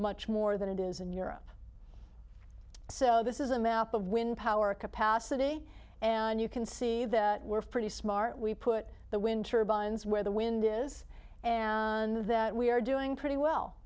much more than it is in europe so this is a map of wind power capacity and you can see that we're pretty smart we put the wind turbines where the wind is and that we are doing pretty well